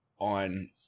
on